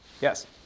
Yes